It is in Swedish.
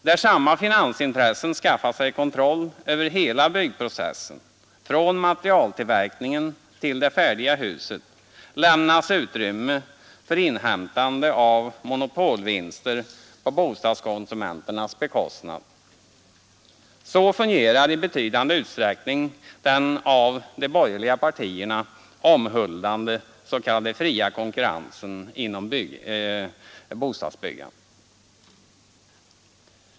Där samma finansintressen skaffat sig kontroll över hela byggprocessen från materialtillverkningen till det färdiga huset lämnas utrymme för inhämtande av monopolvinster på bostadskonsumenternas bekostnad. Så fungerar i betydande utsträckning den av de borgerliga partierna omhuldade s.k. fria konkurrensen inom bostadsbyggandet.